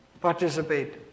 participate